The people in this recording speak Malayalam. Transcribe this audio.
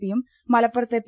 പി യും മലപ്പുറത്ത് പി